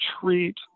treat